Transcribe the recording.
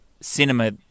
cinema